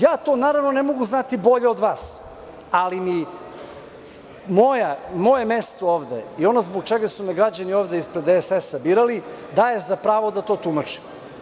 Ja to ne mogu znati bolje od vas, ali moje mesto ovde i ono zbog čega su me građani ispred DSS birali, daje za pravo da to tumačim.